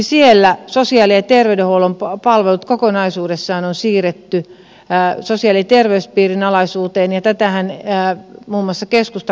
siellä sosiaali ja terveydenhuollon palvelut kokonaisuudessaan on siirretty sosiaali ja terveyspiirin alaisuuteen ja tätähän muun muassa keskusta markkinoi